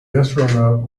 astronaut